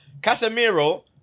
Casemiro